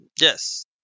Yes